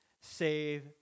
save